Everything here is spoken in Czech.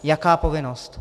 Jaká povinnost?